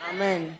Amen